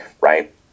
right